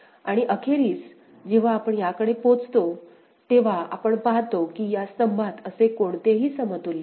आणि अखेरीस जेव्हा आपण याकडे पोचता तेव्हा आपण पाहतो की या स्तंभात असे कोणतेही समतुल्य नाही